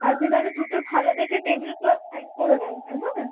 আপনি তাহলে দুটো ভালো দেখে টেবিল ক্লথ সাইড করে রাখবেন হ্যাঁ